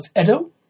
Edo